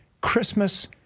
Christmas